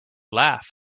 laugh